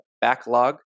backlog